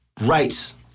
rights